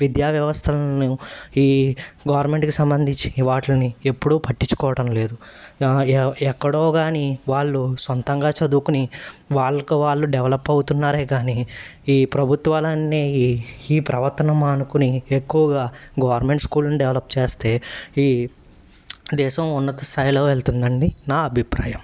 విద్యా వ్యవస్థలను ఈ గవర్నమెంట్కి సంబంధించి వాటిల్ని ఎప్పుడూ పట్టించుకోవటం లేదు ఎక్కడో గాని వాళ్ళు సొంతంగా చదువుకుని వాళ్ళకు వాళ్ళు డెవలప్ అవుతున్నారే గానీ ఈ ప్రభుత్వాలన్నీ ఈ ఈ ప్రవర్తనం మానుకుని ఎక్కువగా గవర్నమెంట్ స్కూల్ని డెవలప్ చేస్తే ఈ దేశం ఉన్నత స్థాయిలో వెళ్తుందండి నా అభిప్రాయం